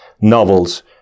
novels